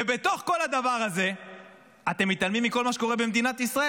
ובתוך כל הדבר הזה אתם מתעלמים מכל מה שקורה במדינת ישראל.